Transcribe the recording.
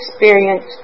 experience